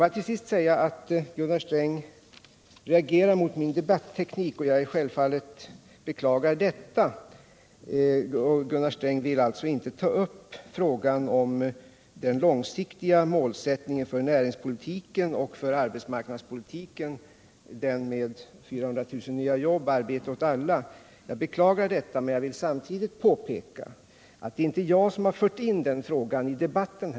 Gunnar Sträng reagerade mot min debatteknik och ville alltså inte ta upp frågan om den långsiktiga målsättningen för näringspolitiken och arbetsmarknadspolitiken — 400 000 nya jobb och arbete åt alla. Jag beklagar detta men jag vill samtidigt påpeka att det inte är jag som har fört in den frågan i debatten.